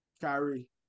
Kyrie